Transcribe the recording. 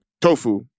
tofu